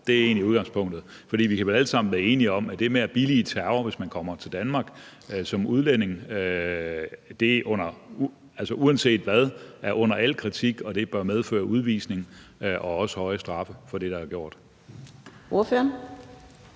Det er egentlig udgangspunktet. For vi kan vel alle sammen være enige om, at det med at billige terror, hvis man kommer til Danmark som udlænding, er under al kritik uanset hvad, og at det bør medføre udvisning og også høje straffe. Kl. 16:28 Fjerde